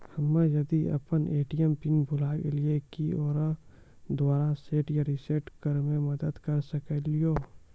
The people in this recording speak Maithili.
हम्मे यदि अपन ए.टी.एम पिन भूल गलियै, की आहाँ दोबारा सेट या रिसेट करैमे मदद करऽ सकलियै?